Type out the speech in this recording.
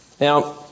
Now